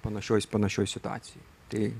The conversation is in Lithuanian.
panašioj panašioj situacijoj tai